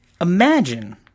Imagine